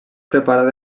preparada